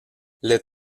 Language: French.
les